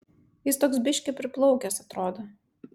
jis toks biškį priplaukęs atrodo